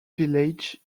village